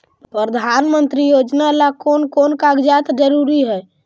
प्रधानमंत्री योजना ला कोन कोन कागजात जरूरी है?